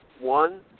one